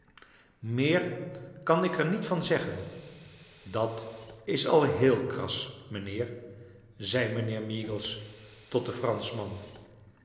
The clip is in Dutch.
meer kan ik er diet van zeggen dat is al heel kras mijnheer zei mijnheer meagles tot den eranschman